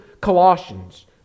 Colossians